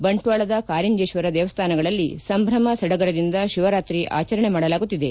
ಬಂಟ್ವಾಳದ ಕಾರಿಂಜೇಶ್ವರ ದೇವಸ್ಥಾನಗಳಲ್ಲಿ ಸಂಭ್ರಮ ಸಡಗರದಿಂದ ಶಿವರಾತ್ರಿ ಆಚರಣೆ ಮಾಡಲಾಗುತ್ತಿದೆ